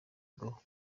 bwo